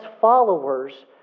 followers